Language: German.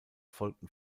folgten